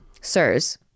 Sirs